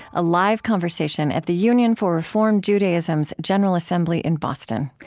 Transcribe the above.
a live conversation at the union for reform judaism's general assembly in boston.